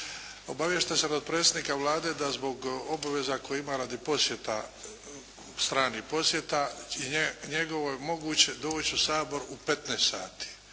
Obaviješten sam od predsjednika Vlade da zbog obaveza koje ima radi posjeta, stranih posjeta, njemu je moguće doć' u Sabor u 15 sati.